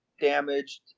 damaged